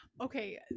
okay